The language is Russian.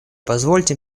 позвольте